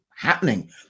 Happening